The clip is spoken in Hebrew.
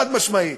חד-משמעית.